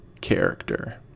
Character